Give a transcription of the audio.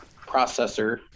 processor